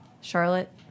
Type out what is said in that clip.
Charlotte